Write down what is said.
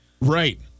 Right